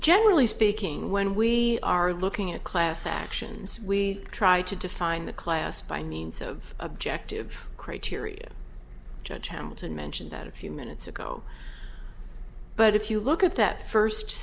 generally speaking when we are looking at class actions we try to define the class by means of objective criteria judge hamilton mentioned that a few minutes ago but if you look at that first